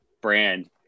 brand